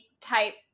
type